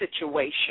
situation